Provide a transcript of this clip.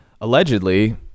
allegedly